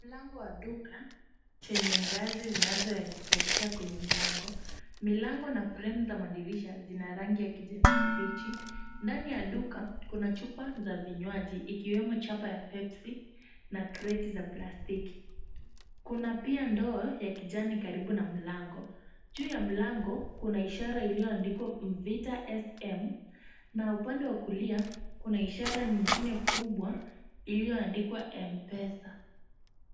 Mlango wa duka chenye ngazi zinazoelekea kwenye mlango. Milango na fremu za madirisha zina rangi ya kijani kibichi. Ndani ya duka kuna chupa za vinywaji, ikiwemo chapa ya pepsi, na kreti za plastiki. Kuna pia ndoo ya kijani karibu na mlango. Juu ya mlango, kuna ishara iliyoandikwa “mvita sm,” na upande wa kulia kuna ishara nyingine kubwa iliyoandikwa M-Pesa.